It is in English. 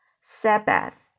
Sabbath